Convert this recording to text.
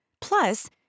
Plus